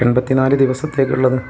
എൺപത്തി നാല് ദിവസത്തേക്ക് ഉള്ളത്